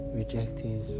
rejecting